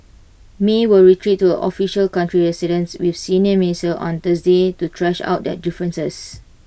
may will retreat to her official country residence with senior ministers on Thursday to thrash out their differences